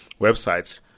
websites